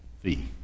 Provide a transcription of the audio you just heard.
fee